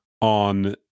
on